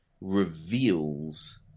reveals